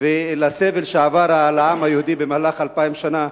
ולסבל שעבר על העם היהודי במהלך 2,000 שנה,